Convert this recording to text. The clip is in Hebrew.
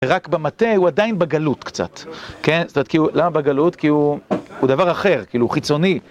רק במטה הוא עדיין בגלות קצת, למה בגלות? כי הוא דבר אחר, כאילו הוא חיצוני.